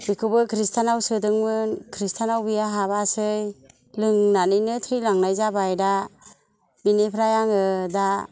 बिखौबो कृस्टानाव सोदोंमोन कृस्टानाव गैया हाबासै लोंनानैनो थैलांनाय जाबाय दा बेनिफ्राइ आङो दा